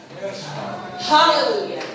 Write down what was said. Hallelujah